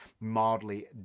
mildly